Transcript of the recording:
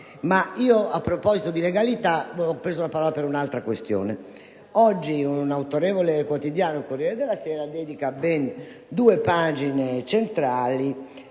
signora Presidente, io ho preso la parola per un'altra questione. Oggi un autorevole quotidiano, il "Corriere della Sera", ha dedicato ben due pagine centrali